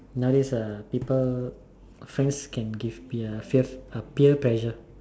nowadays uh people friends can give peer fear uh peer pressure